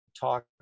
talk